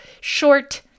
short